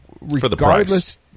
regardless